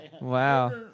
Wow